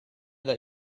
that